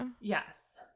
Yes